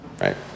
Right